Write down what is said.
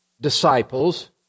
disciples